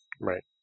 right